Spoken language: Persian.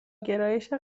گرایش